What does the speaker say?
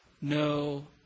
no